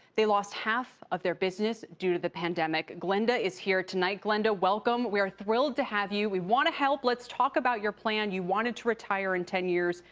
they lost half of their business due to the pandemic. glenda is here tonight glenda, welcome. we are thrilled to have you. we want to help. let's talk about your plan you wanted to retire in ten years.